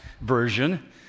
version